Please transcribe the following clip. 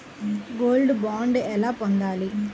Gold bond ఎలా పొందాలి?